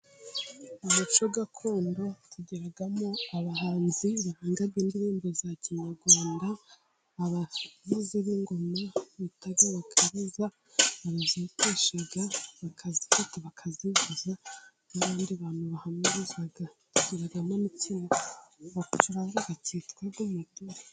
Mu muco gakondo tugiramo abahanzi bahanga indirimbo za kinyarwanda, abavuzi b'ingoma bita abakaraza. Abazotesha bakazifata bakazivuza n'abandi bantu bahamiriza. Haba n'ikindi kintu bacuranga cyitwa umuduri.